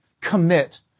commit